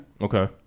Okay